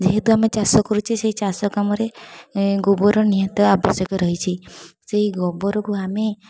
ଯେହେତୁ ଆମେ ଚାଷ କରୁଛେ ସେଇ ଚାଷ କାମରେ ଗୋବରର ନିହାତି ଆବଶ୍ୟକ ରହିଛି ସେହି ଗୋବରକୁ ଆମେ